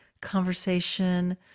conversation